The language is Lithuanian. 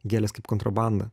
gėlės kaip kontrabanda